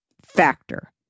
Factor